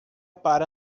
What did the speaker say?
para